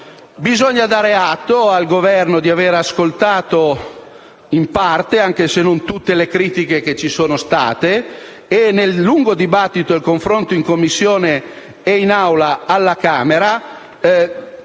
Bisogna dare atto al Governo di avere ascoltato in parte, anche se non tutte, le critiche che sono state sollevate e nel lungo dibattito e nel confronto svolti in Commissione e in Aula alla Camera